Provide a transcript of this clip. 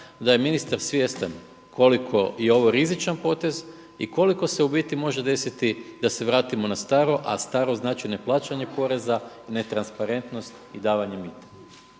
da je ministar svjestan koliko je ovo rizičan potez i koliko se u biti može desiti da se vratimo na staro, a staro znači neplaćanje poreza, netransparentnost i davanje mita.